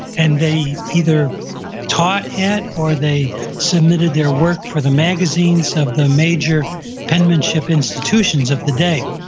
and they either taught at or they submitted their work for the magazines of the major penmanship institutions of the day.